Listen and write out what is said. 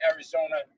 Arizona